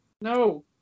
No